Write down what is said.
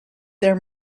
their